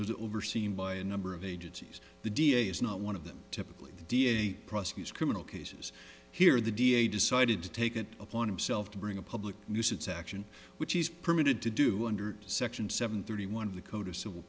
was overseen by a number of agencies the da is not one of them typically the da prosecutes criminal cases here the da decided to take it upon himself to bring a public nuisance action which is permitted to do under section seven thirty one of the code of civil